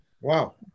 Wow